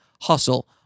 HUSTLE